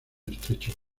estrecho